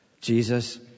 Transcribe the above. Jesus